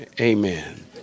Amen